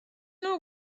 نوع